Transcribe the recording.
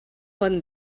bon